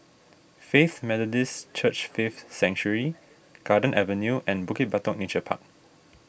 Faith Methodist Church Faith Sanctuary Garden Avenue and Bukit Batok Nature Park